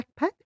backpack